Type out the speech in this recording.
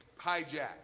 hijack